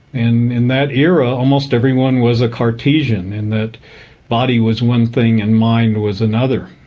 in in that era, almost everyone was a cartesian, in that body was one thing and mind was another.